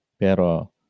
Pero